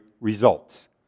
results